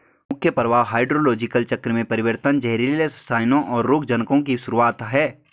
मुख्य प्रभाव हाइड्रोलॉजिकल चक्र में परिवर्तन, जहरीले रसायनों, और रोगजनकों की शुरूआत हैं